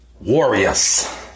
Warriors